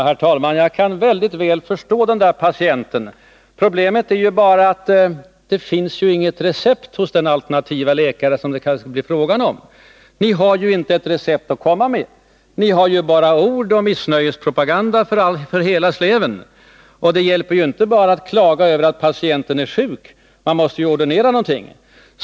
Herr talman! Jag kan mycket väl förstå patienten. Problemet är ju bara att den alternative läkare som det kanske blir fråga om inte har något recept. Ni har ju inte något recept att komma med. Det är bara ord och missnöjespropaganda för hela slanten. Det hjälper inte att bara klaga över att patienten är sjuk. Man måste ju också ordinera någonting.